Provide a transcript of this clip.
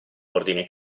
ordini